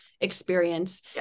experience